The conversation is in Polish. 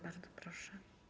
Bardzo proszę.